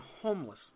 homeless